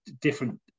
different